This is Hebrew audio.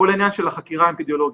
כל עניין החקירה האפידמיולוגית,